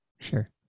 Sure